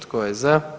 Tko je za?